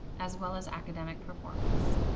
as well as academic performance.